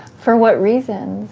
for what reasons?